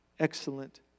Excellent